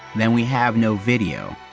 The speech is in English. then we have no video.